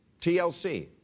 tlc